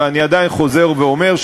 ואני עדיין חוזר ואומר,